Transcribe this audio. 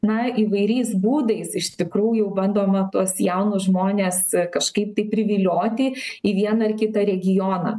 na įvairiais būdais iš tikrųjų bandoma tuos jaunus žmones kažkaip tai privilioti į vieną ar kitą regioną